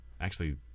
actually-